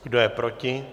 Kdo je proti?